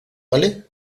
vale